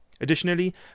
Additionally